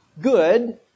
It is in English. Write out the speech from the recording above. good